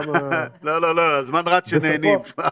לא, הזמן רץ כשנהנים.